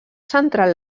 centrat